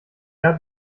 jahr